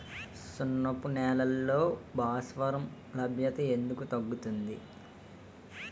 సున్నపు నేలల్లో భాస్వరం లభ్యత ఎందుకు తగ్గుతుంది?